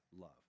love